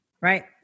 Right